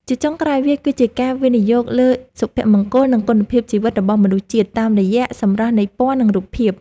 ជាចុងក្រោយ វាគឺជាការវិនិយោគលើសុភមង្គល និងគុណភាពជីវិតរបស់មនុស្សជាតិ តាមរយៈសម្រស់នៃពណ៌ និងរូបភាព។